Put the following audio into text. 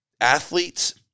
athletes